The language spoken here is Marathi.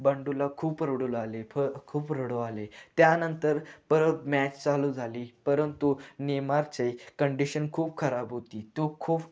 बंडूला खूप रडूला आले फ खूप रडू आले त्यानंतर परत मॅच चालू झाली परंतु नेमारचे कंडिशन खूप खराब होती तो खूप